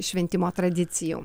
šventimo tradicijų